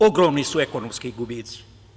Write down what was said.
Ogromni su ekonomski gubici.